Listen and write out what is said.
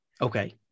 Okay